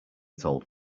told